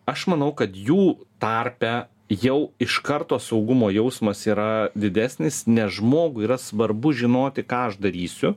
aš manau kad jų tarpe jau iš karto saugumo jausmas yra didesnis nes žmogui yra svarbu žinoti ką aš darysiu